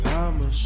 I'ma